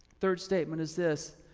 third statement is this.